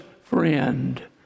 friend